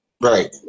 Right